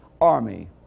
army